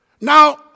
Now